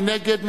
מי נגד?